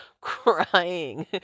crying